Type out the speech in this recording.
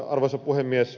arvoisa puhemies